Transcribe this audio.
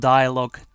Dialogue